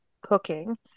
cooking